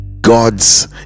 god's